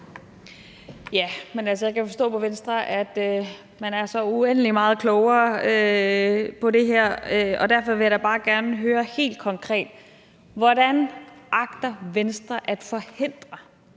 Hvordan agter Venstre at forhindre,